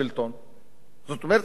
זאת אומרת, אנחנו נמצאים היום,